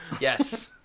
Yes